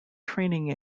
training